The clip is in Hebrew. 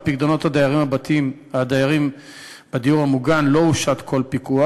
על פיקדונות בתי הדיירים בדיור המוגן לא הושת כל פיקוח.